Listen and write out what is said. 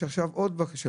יש עכשיו עוד בקשה,